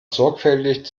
sorgfältig